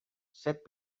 set